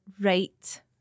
Right